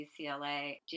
UCLA